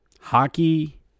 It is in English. hockey